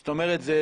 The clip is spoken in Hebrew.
זאת אומרת,